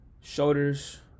shoulders